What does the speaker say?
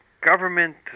government